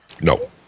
No